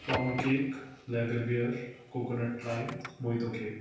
pound cake lager beer coconut lime made cake